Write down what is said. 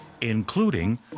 including